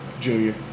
Junior